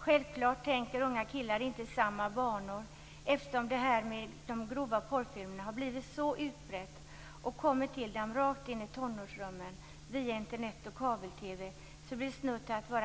Självklart tänker unga killar inte i samma banor, eftersom det har blivit så utbrett att se grova porrfilmer. Dessa kommer till dem rakt in i tonårsrummen via Internet och kabel-TV, så det blir snudd på